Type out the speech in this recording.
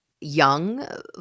young